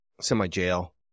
semi-jail